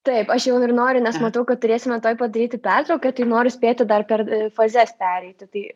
taip aš jau ir noriu nes matau kad turėsime tuoj padaryti pertrauką tai noriu spėti dar per fazes pereiti tai